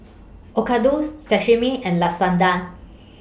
Okayu Sashimi and Lasagna